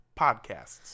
podcasts